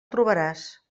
trobaràs